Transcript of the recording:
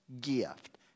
gift